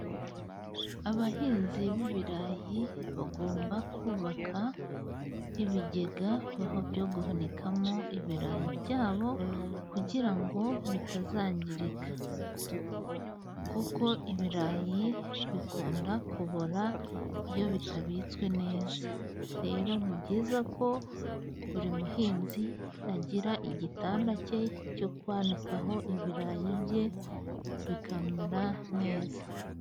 Abahinzi b'ibirayi bagomba kubaka ibigega byo guhunikamo ibirayi byabo kugira ngo bitazangirika, kuko ibirayi bikunda kubora iyo bitabitswe neza, rero ni byiza ko buri muhinzi agira igitanda cye cyo kwanikaho ibirayi bye bikamera neza.